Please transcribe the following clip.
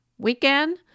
weekend